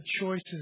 choices